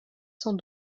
cent